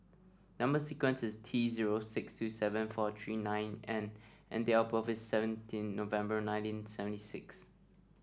number sequence is T zero six two seven four three nine N and and date of birth is seventeen November nineteen seventy six